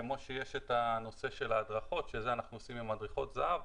כמו שיש את הנושא של ההדרכות אותו אנחנו עושים עם מדריכות זה"ב.